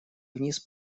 вниз